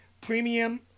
premium